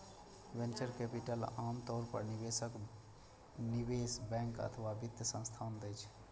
venture capital आम तौर पर निवेशक, निवेश बैंक अथवा वित्त संस्थान दै छै